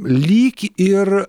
lyg ir